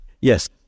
Yes